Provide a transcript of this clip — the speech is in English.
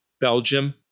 Belgium